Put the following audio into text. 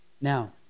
Now